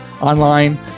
online